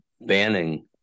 banning